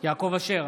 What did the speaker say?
יעקב אשר,